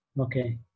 okay